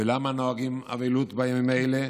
ולמה נוהגים אבלות בימים אלה?